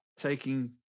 Taking